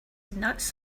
nuts